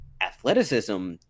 athleticism